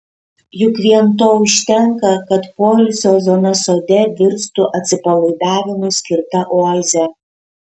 juk vien to užtenka kad poilsio zona sode virstų atsipalaidavimui skirta oaze